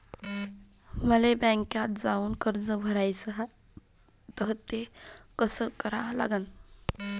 मले बँकेत जाऊन कर्ज भराच हाय त ते कस करा लागन?